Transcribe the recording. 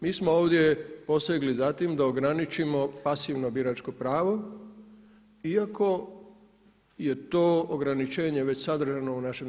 Mi smo ovdje posegli za tim da ograničimo pasivno biračko pravo iako je to ograničenje već sadržano u našem zakonu.